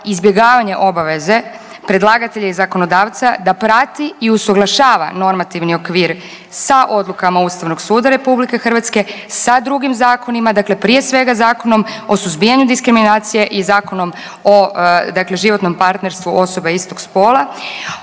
izbjegavanje obaveze predlagatelja i zakonodavca da prati i usuglašava normativni okvir sa odlukama Ustavnog suda RH, sa drugim zakonima, dakle prije svega Zakonom o suzbijanju diskriminacije i Zakonom o dakle životnom partnerstvu osoba istog spola.